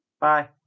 Bye